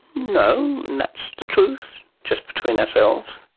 no, and that's the truth, just between ourselves.